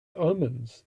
omens